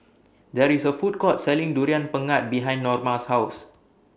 There IS A Food Court Selling Durian Pengat behind Norma's House